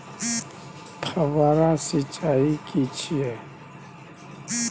फव्वारा सिंचाई की छिये?